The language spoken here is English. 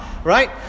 right